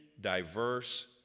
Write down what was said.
diverse